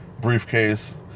briefcase